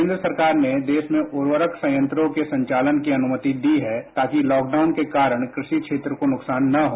केंद्र सरकार ने देश में उर्वरक संयेत्रों के चालन की अनुमति दी है ताकि लॉकडाउन के कारण कृषि क्षेत्र को नुकसान न हो